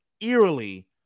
eerily